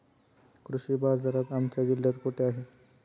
कृषी बाजार आमच्या जिल्ह्यात कुठे आहे?